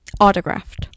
Autographed